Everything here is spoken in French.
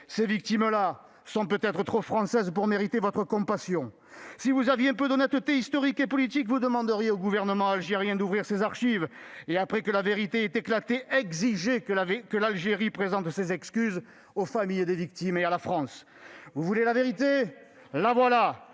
Ces victimes-là sont peut-être trop françaises pour mériter votre compassion ... Si vous aviez un peu d'honnêteté historique et politique, vous demanderiez au gouvernement algérien d'ouvrir ses archives ; et, après que la vérité a éclaté, vous exigeriez que l'Algérie présente ses excuses aux familles des victimes et à la France. Allez jusqu'au bout ! Vous voulez la vérité ? La voilà :